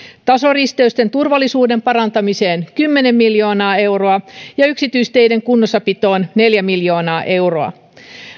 tasoristeysten turvallisuuden parantamiseen kymmenen miljoonaa euroa ja yksityisteiden kunnossapitoon neljä miljoonaa euroa